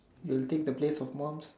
will take the place of moms